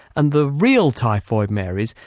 and the real typhoid marys,